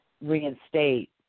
reinstate